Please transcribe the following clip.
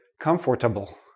Comfortable